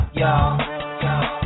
y'all